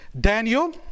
Daniel